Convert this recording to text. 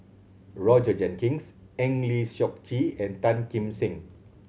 Roger Jenkins Eng Lee Seok Chee and Tan Kim Seng